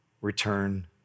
return